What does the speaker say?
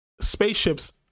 spaceships